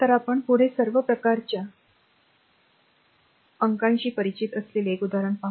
तर आपण पुढे सर्व प्रकारच्या अंकांशी परिचित असलेले एक उदाहरण पाहू